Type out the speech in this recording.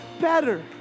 better